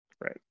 right